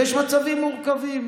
ויש מצבים מורכבים.